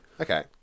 Okay